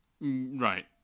Right